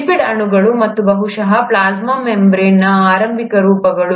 lipid ಅಣುಗಳು ಮತ್ತು ಬಹುಶಃ ಪ್ಲಾಸ್ಮಾ ಮೆಂಬರೇನ್ನ ಆರಂಭಿಕ ರೂಪಗಳು